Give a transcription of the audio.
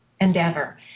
endeavor